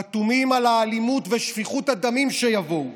חתומים על האלימות ושפיכות הדמים שיבואו,